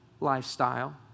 lifestyle